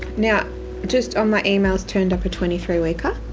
now just on my emails turned up a twenty three weeker.